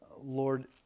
Lord